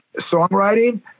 Songwriting